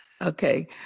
Okay